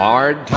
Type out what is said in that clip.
Hard